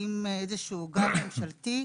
עם איזה שהוא גב ממשלתי,